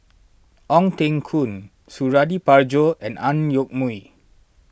Ong Teng Koon Suradi Parjo and Ang Yoke Mooi